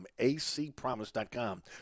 acpromise.com